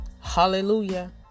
Hallelujah